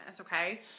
Okay